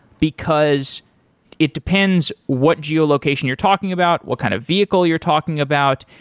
because it depends what geolocation you're talking about, what kind of vehicle you're talking about.